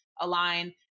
align